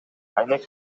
айнек